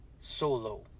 solo